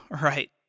Right